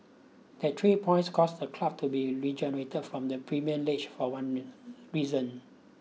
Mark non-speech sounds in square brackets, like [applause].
that three points caused the club to be regenerated from the Premium League for one [unintelligible] reason